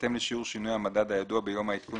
בהתאם לשיעור שינוי המדד הידוע ביום העדכון